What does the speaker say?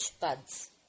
buds